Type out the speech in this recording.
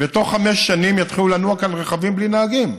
ובתוך חמש שנים יתחילו לנוע כאן רכבים בלי נהגים,